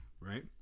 right